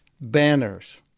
banners